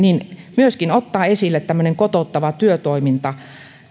myöskin ottaa esille tämmöinen kotouttava työtoiminta